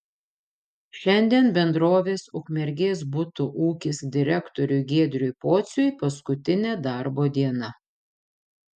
šiandien bendrovės ukmergės butų ūkis direktoriui giedriui pociui paskutinė darbo diena